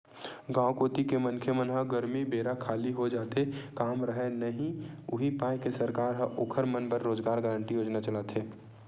गाँव कोती के मनखे मन ह गरमी बेरा खाली हो जाथे काम राहय नइ उहीं पाय के सरकार ह ओखर मन बर रोजगार गांरटी योजना चलाथे